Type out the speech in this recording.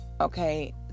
Okay